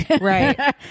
Right